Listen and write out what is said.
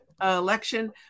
election